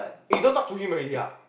you don't talk to him already